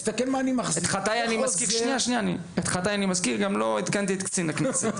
את חטאיי אני מזכיר וגם לא עדכנתי את קצין הכנסת.